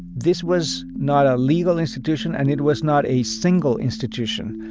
this was not a legal institution and it was not a single institution,